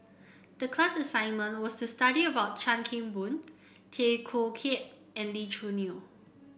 the class assignment was to study about Chan Kim Boon Tay Koh Yat and Lee Choo Neo